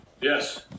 yes